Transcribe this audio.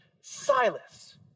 Silas